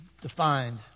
defined